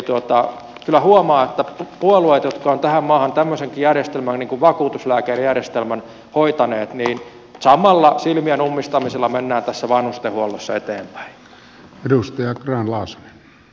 eli kyllä huomaa että puolueet jotka ovat tähän maahan tämmöisenkin järjestelmän niin kuin vakuutuslääkärijärjestelmän hoitaneet samalla silmien ummistamisella menevät tässä vanhustenhuollossa eteenpäin